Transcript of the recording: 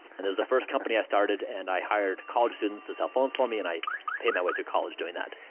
it was the first company i started and i hired college students to sell phones for me and i paid my way through college doing that.